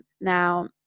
Now